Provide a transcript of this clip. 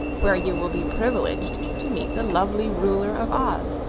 where you will be privileged to meet the lovely ruler of oz.